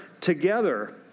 together